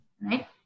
Right